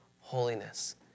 holiness